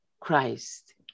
Christ